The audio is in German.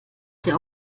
der